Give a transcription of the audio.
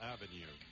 Avenue